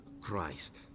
Christ